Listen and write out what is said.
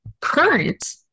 current